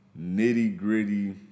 nitty-gritty